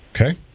Okay